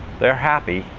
they're happy,